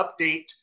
update